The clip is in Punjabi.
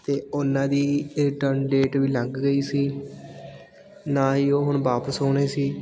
ਅਤੇ ਉਹਨਾਂ ਦੀ ਰਿਟਰਨ ਡੇਟ ਵੀ ਲੰਘ ਗਈ ਸੀ ਨਾ ਹੀ ਉਹ ਹੁਣ ਵਾਪਸ ਹੋਣੇ ਸੀ